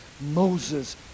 Moses